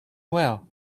well